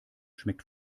schmeckt